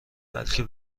بلکه